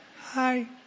Hi